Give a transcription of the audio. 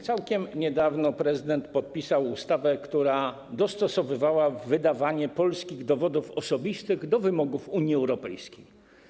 Całkiem niedawno prezydent podpisał ustawę, która dostosowywała wydawanie polskich dowodów osobistych do wymogów Unii Europejskiej.